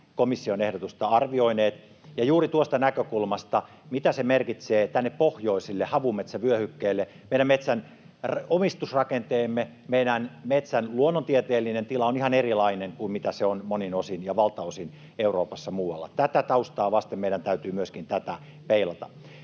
komission ehdotusta arvioineet, ja juuri tuosta näkökulmasta, mitä se merkitsee tänne pohjoisille havumetsävyöhykkeille. Meidän metsänomistusrakenteemme ja meidän metsän luonnontieteellinen tila ovat ihan erilaisia kuin mitä ne ovat monin osin ja valtaosin Euroopassa muualla. Tätä taustaa vasten meidän täytyy myöskin tätä peilata.